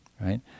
right